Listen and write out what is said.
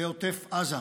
בעוטף עזה.